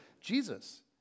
Jesus